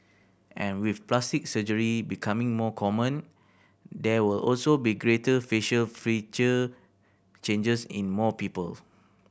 and with plastic surgery becoming more common there will also be greater facial feature changes in more people